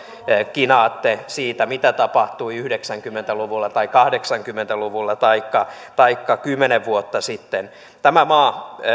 kinaatte siitä mitä tapahtui yhdeksänkymmentä luvulla tai kahdeksankymmentä luvulla taikka taikka kymmenen vuotta sitten tämä maa